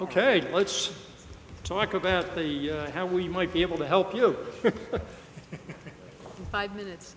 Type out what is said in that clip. ok let's talk about the how we might be able to help you five minutes